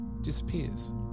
disappears